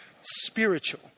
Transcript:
spiritual